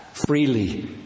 freely